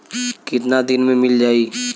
कितना दिन में मील जाई?